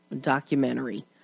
documentary